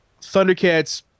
Thundercats